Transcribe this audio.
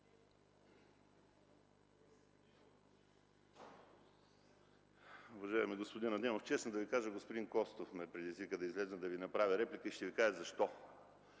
възможност.